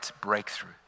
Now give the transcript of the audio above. breakthrough